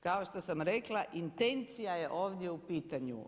Kao što sam rekla intencija je ovdje u pitanju.